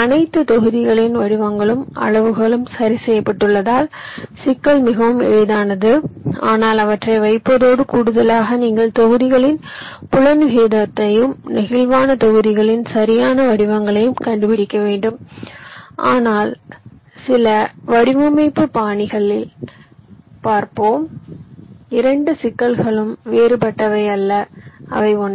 அனைத்து தொகுதிகளின் வடிவங்களும் அளவுகளும் சரி செய்யப்பட்டுள்ளதால் சிக்கல் மிகவும் எளிதானது ஆனால் அவற்றை வைப்பதோடு கூடுதலாக நீங்கள் தொகுதிகளின் புலன் விகிதத்தையும் நெகிழ்வான தொகுதிகளின் சரியான வடிவங்களையும் கண்டுபிடிக்க வேண்டும் ஆனால் சில வடிவமைப்பு பாணிகளில் பார்ப்போம் இரண்டு சிக்கல்களும் வேறுபட்டவை அல்ல அவை ஒன்றே